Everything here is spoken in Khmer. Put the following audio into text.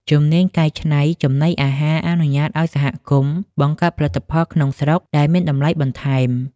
ជំនាញកែច្នៃចំណីអាហារអនុញ្ញាតឱ្យសហគមន៍បង្កើតផលិតផលក្នុងស្រុកដែលមានតម្លៃបន្ថែម។